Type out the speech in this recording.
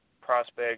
prospect